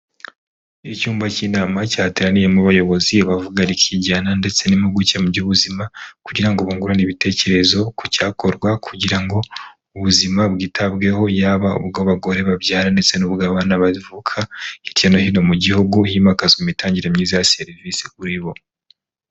Icyumba cy'inama cyateraniyemo bayobozi bavuga rikijyana ndetse n'impuguke mu by'ubuzima kugira ngo bungurane ibitekerezo ku cyakorwa kugira ngo ubuzima bwitabweho yaba ubw'abagore babyara ndetse n’ubw'abana bavuka hirya no hino mu gihugu himakazwa imitangire myiza ya serivisi kuri bo.